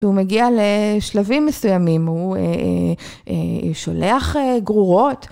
שהוא מגיע לשלבים מסוימים, הוא שולח גרורות.